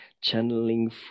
channeling